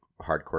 Hardcore